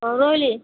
ହଉ ରହିଲି